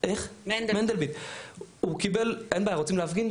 אין בעיה, רוצים להפגין?